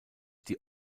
die